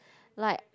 like